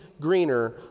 greener